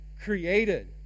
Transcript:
created